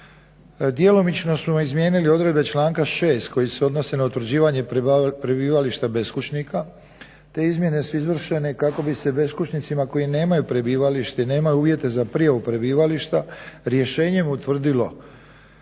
Djelomično smo izmijenili odredbe članka 6. koji se odnose na utvrđivanje prebivališta beskućnika. Te izmjene su izvršene kako bi se beskućnicima koji nemaju prebivalište i nemaju uvjete za prijavu prebivališta rješenjem utvrdilo